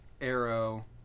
Arrow